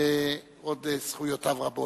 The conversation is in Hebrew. וזכויותיו רבות.